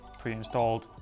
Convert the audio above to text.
pre-installed